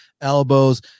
elbows